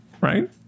right